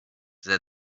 that